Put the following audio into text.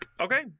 Okay